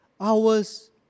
hours